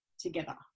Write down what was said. together